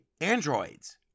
androids